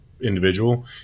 individual